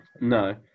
No